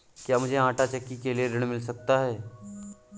क्या मूझे आंटा चक्की के लिए ऋण मिल सकता है?